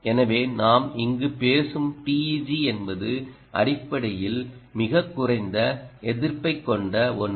எனவே நாம் இங்கு பேசும் TEG என்பது அடிப்படையில் மிகக் குறைந்த எதிர்ப்பைக் கொண்ட ஒன்று